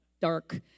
dark